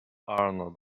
arnold